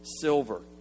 silver